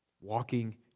walking